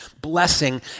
blessing